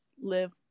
live